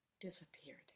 disappeared